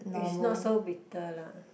is not so bitter lah